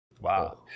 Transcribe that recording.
wow